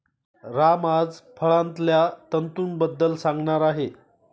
राम आज फळांतल्या तंतूंबद्दल सांगणार आहे